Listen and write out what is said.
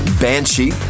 Banshee